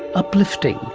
uplifting.